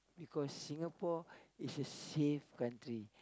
because Singapore is a safe country